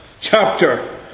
chapter